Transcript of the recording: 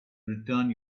return